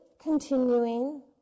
continuing